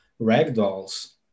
ragdolls